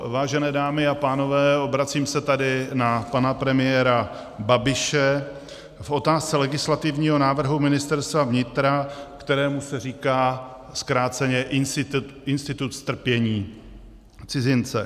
Vážené dámy a pánové, obracím se tady na pana premiéra Babiše v otázce legislativního návrhu Ministerstva vnitra, kterému se říká zkráceně institut strpění cizince.